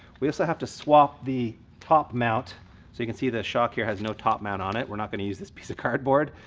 we also have to swap the top mount. so you can see the shock here has no top mount on it. we're not gonna use this piece of cardboard,